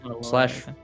Slash